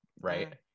right